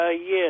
Yes